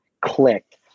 clicked